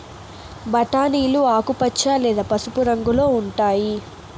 బఠానీలు ఆకుపచ్చ లేదా పసుపు రంగులో ఉంటాయి